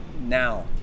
now